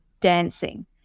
dancing